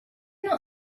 not